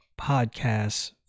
podcasts